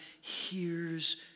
hears